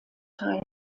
teilen